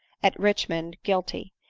at richmond guilty,